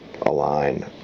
align